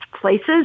places